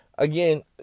Again